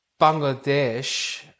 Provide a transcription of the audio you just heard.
Bangladesh